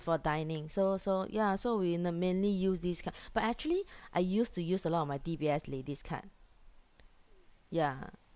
for dining so so yeah so we in uh mainly use this card but actually I used to use a lot of my D_B_S lady's card ya